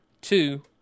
two